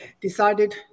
decided